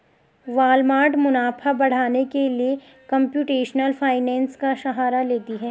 Walmart मुनाफा बढ़ाने के लिए कंप्यूटेशनल फाइनेंस का सहारा लेती है